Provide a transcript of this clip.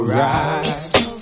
right